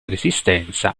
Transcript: resistenza